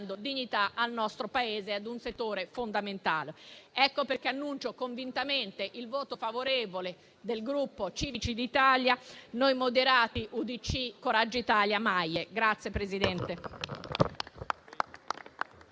dignità al nostro Paese e ad un settore fondamentale. Ecco perché annuncio convintamente il voto favorevole del Gruppo Civici d'Italia-Noi Moderati (UDC-Coraggio Italia-Noi con